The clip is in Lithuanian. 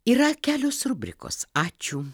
yra kelios rubrikos ačiū